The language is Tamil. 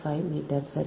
5 மீட்டர் சரி